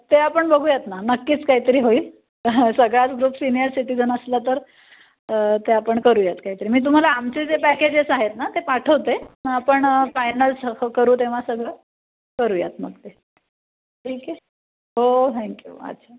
ते आपण बघूयात ना नक्कीच काहीतरी होईल सगळाचं ग्रुप सीनियर सिटिजन असला तर ते आपण करूयात काहीतरी मी तुम्हाला आमचे जे पॅकेजेस आहेत ना ते पाठवते मग आपण फायनल स करू तेव्हा सगळं करूयात मग ते ठीक आहे हो थँक्यू अच्छा